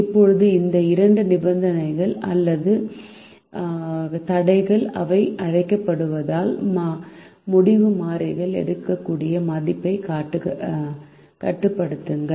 இப்போது இந்த இரண்டு நிபந்தனைகள் அல்லது தடைகள் அவை அழைக்கப்படுவதால் முடிவு மாறிகள் எடுக்கக்கூடிய மதிப்பைக் கட்டுப்படுத்துங்கள்